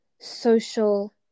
social